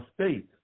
state